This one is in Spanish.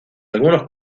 algunos